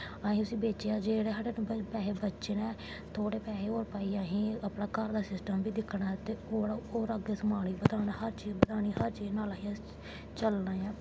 असें उस्सी बेचेआ जिसलै पैसे बचने न थोह्ड़े होर पैसे पाइयै असें घर दा सिस्टम बी दिक्खना ऐ ते होर अग्गें समान बी बधना ऐ हर चीज बधानी हर चीज कन्नै असें चलना ऐ